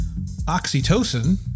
Oxytocin